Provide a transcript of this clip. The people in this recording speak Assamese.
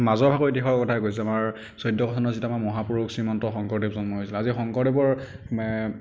মাজৰ ভাগৰ ইতিহাসৰ কথাহে কৈছোঁ আমাৰ চৈধ্য়শ চনত যেতিয়া আমাৰ মহাপুৰুষ শ্ৰীমন্ত শংকৰদেৱ জন্ম হৈছিল আজি শংকৰদেৱৰ